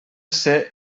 ser